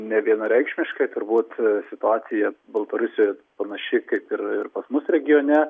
nevienareikšmiškai turbūt situacija baltarusijoj panaši kaip ir ir pas mus regione